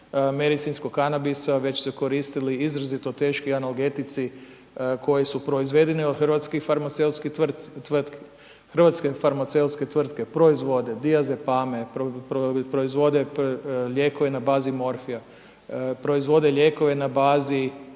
medicinskog kanabisa već su se koristili izrazito teški analgetici koji su proizvedeni od hrvatskih farmaceutskih tvrtki, hrvatske farmaceutske tvrtke, proizvode diazepame, proizvode lijekove na bazi morfija, proizvode lijekove na bazi